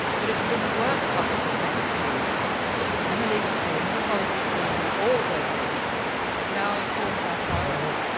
but it's been the work of the complaints team and the legal team and the policy team and all of those of the commission that now informs our priority,